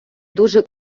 дуже